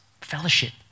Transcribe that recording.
fellowship